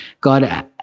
God